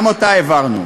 וגם אותה העברנו.